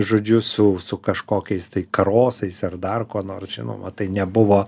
žodžiu su su kažkokiais tai karosais ar dar kuo nors žinoma tai nebuvo